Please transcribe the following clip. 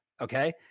Okay